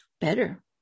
better